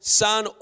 son